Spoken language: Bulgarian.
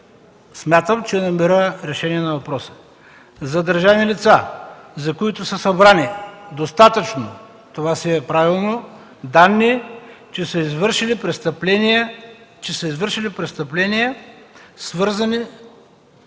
смятам, че намира решение на въпроса. „Задържани лица, за които са събрани достатъчно данни, че са извършили престъпления, свързани